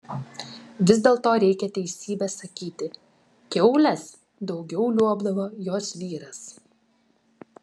vis dėlto reikia teisybę sakyti kiaules daugiau liuobdavo jos vyras